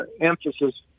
emphasis